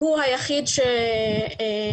הוא היחיד שעובד.